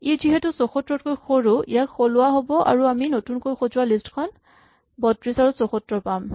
ই যিহেতু ৭৪ তকৈ সৰু ইয়াক সলোৱা হ'ব আৰু আমি নতুনকৈ সজোৱা লিষ্ট ৩২ ৭৪ পাম